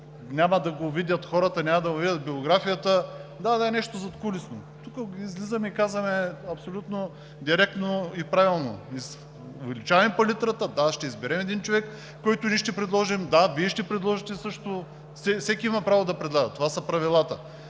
няма да го видят хората, няма да му видят биографията – да, да е нещо задкулисно. Тук излизаме и казваме абсолютно директно и правилно, увеличаваме палитрата. Да, ще изберем един човек, който ние ще предложим, Вие ще предложите също, всеки има право да предлага. Това са правилата.